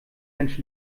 mensch